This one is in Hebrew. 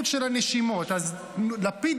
אדוני היושב-ראש, כנסת נכבדה, לפני